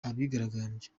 abigaragambyaga